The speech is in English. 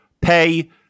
pay